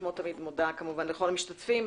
כמו תמיד, אני מודה לכל המשתתפים.